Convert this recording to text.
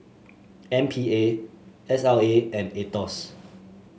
M P A S L A and Aetos